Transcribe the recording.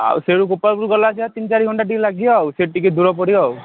ଆଉ ସେଇ ଗୋପାଳପୁର ଗଲା ଆସିକି ତିନି ଚାରି ଘଣ୍ଟା ଟିକେ ଲାଗିବ ଆଉ ସେଇଠୁ ଟିକେ ଦୂର ପଡ଼ିବ ଆଉ